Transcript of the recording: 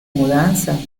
mudanza